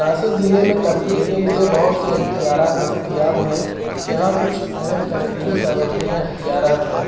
ناسک ضلے میں تفریح کے لیے بہت سے اختیارات دستیاب ہیں یہاں کچھ اہم تفریحی سرگرمیاں اختیارات ہے